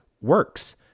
works